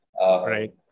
Right